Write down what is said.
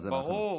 ברור.